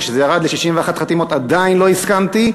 כשזה ירד ל-61 חתימות עדיין לא הסכמתי,